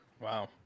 Wow